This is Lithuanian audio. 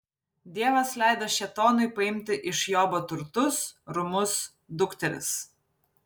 dievas leido šėtonui paimti iš jobo turtus rūmus dukteris